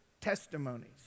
testimonies